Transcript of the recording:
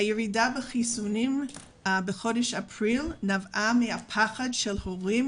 הירידה בחיסונים בחודש אפריל נבעה מפחדם של ההורים